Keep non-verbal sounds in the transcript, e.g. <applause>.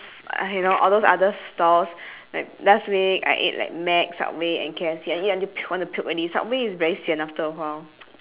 <noise> you know all those other stalls like last week I ate like mac subway and K_F_C I eat until puke wanna puke already subway is very sian after a while